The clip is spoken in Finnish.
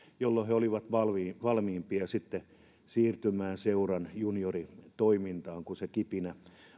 jolloin he olivat valmiimpia valmiimpia sitten siirtymään seuran junioritoimintaan kun se kipinä